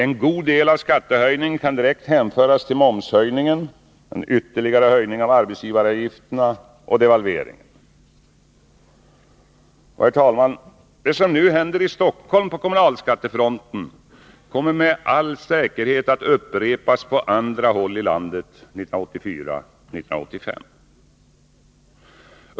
En god del av skattehöjningen kan direkt hänföras till momshöjningen, den ytterligare höjningen av arbetsgivaravgifterna och devalveringen. Herr talman! Det som nu händer i Stockholm på kommunalskattefronten kommer med all säkerhet att upprepas på andra håll i landet 1984 och 1985.